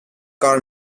car